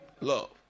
love